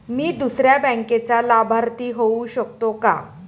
मी दुसऱ्या बँकेचा लाभार्थी होऊ शकतो का?